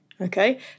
okay